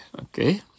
Okay